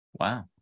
Wow